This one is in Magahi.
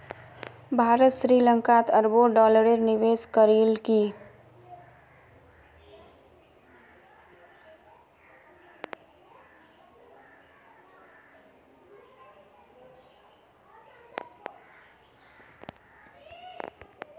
भारत श्री लंकात अरबों डॉलरेर निवेश करील की